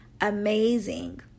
amazing